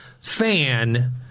fan